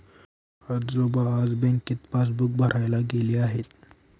आजोबा आज बँकेत पासबुक भरायला गेले आहेत